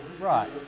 Right